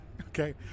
Okay